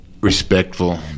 respectful